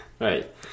right